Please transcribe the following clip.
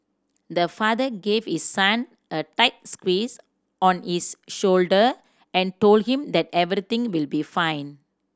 the father gave his son a tight squeeze on his shoulder and told him that everything will be fine